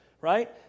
right